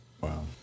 Wow